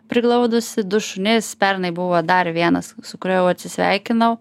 priglaudusi du šunis pernai buvo dar vienas su kuriuo jau atsisveikinau